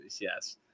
yes